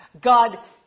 God